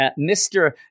Mr